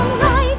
life